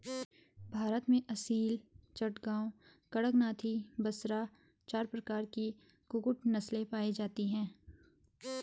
भारत में असील, चटगांव, कड़कनाथी, बसरा चार प्रकार की कुक्कुट नस्लें पाई जाती हैं